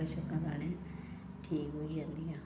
मक्कां शक्कां साढ़ै ठीक होई जंदियां